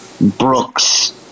Brooks